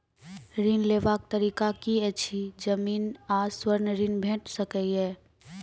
ऋण लेवाक तरीका की ऐछि? जमीन आ स्वर्ण ऋण भेट सकै ये?